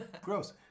gross